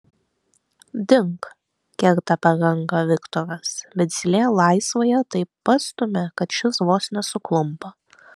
dink kerta per ranką viktoras bet zylė laisvąja taip pastumia kad šis vos nesuklumpa